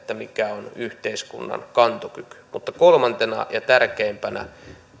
mikä on yhteiskunnan kantokyky mutta kolmantena ja tärkeimpänä